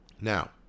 Now